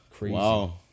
Wow